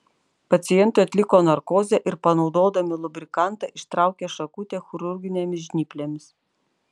pacientui atliko narkozę ir panaudodami lubrikantą ištraukė šakutę chirurginėmis žnyplėmis